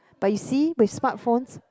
but you see with smart phones